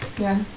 ya